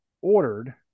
ordered